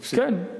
הפסיקה.